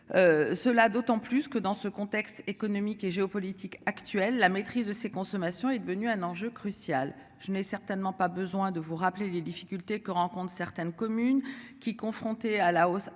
Cela d'autant plus que dans ce contexte économique et géopolitique actuelle. La maîtrise de ses consommations est devenue un enjeu crucial. Je n'ai certainement pas besoin de vous rappeler les difficultés que rencontrent certaines communes qui, confronté à la hausse